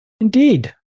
Indeed